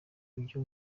ibyo